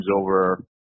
over